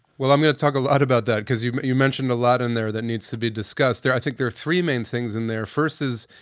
well i'm going to talk a lot about that, because you you mentioned a lot in there that needs to be discussed there. i think there are three main things in there. first is,